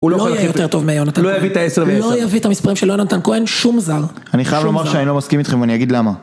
הוא לא יהיה יותר טוב מיונתן כהן, הוא לא יביא את המספרים של יונתן כהן, שום זר. אני חייב לומר שאני לא מסכים איתכם ואני אגיד למה.